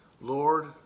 lord